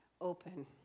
open